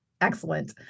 Excellent